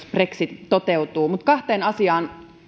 brexit toteutuu mutta kahteen asiaan